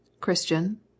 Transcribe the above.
Christian